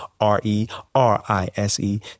R-E-R-I-S-E